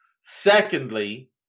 Secondly